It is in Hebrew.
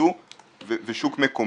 ייצוא ושוק מקומי,